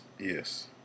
Yes